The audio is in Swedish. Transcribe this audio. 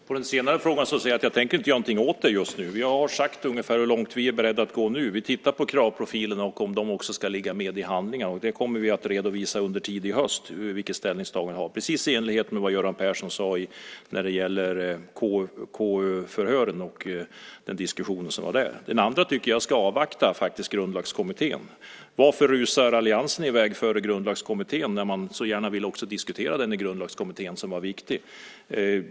Fru talman! På den senare frågan svarar jag att jag inte tänker göra någonting åt det just nu. Jag har sagt ungefär hur långt vi är beredda att gå nu. Vi tittar på kravprofilerna och om de också ska ligga med i handlingarna, och vi kommer att redovisa under tidig höst vilket ställningstagande vi har gjort - precis i enlighet med vad Göran Persson sade när det gäller KU-förhören och den diskussion som var där. I övrigt tycker jag att man ska avvakta Grundlagskommittén. Varför rusar alliansen iväg före Grundlagskommittén när diskussion i Grundlagskommittén var så viktig?